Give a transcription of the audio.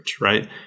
right